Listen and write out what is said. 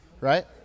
right